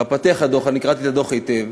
בפתיח הדוח, אני קראתי היטב